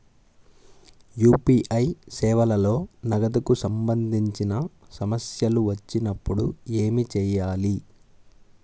UPI సేవలలో నగదుకు సంబంధించిన సమస్యలు వచ్చినప్పుడు ఏమి చేయాలి?